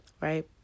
right